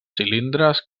cilindres